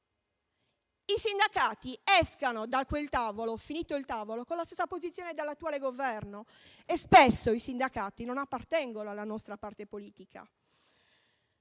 i sindacati uscissero da quel tavolo con la stessa posizione dell'attuale Governo, e spesso i sindacati non appartengono alla nostra parte politica.